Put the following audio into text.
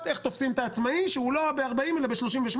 איך תופסים את העצמאי שהוא לא ב-40% אלא ב-38%,